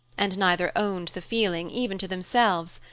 and neither owned the feeling, even to themselves.